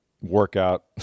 workout